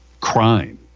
crime